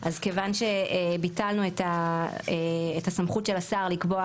אז כיוון שביטלנו את הסמכות של השר לקבוע